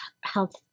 health